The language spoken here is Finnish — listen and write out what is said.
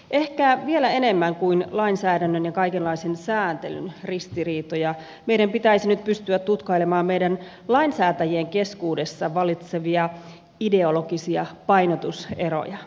ehkä vielä enemmän kuin lainsäädännön ja kaikenlaisen sääntelyn ristiriitoja meidän pitäisi nyt pystyä tutkailemaan meidän lainsäätäjien keskuudessa vallitsevia ideologisia painotuseroja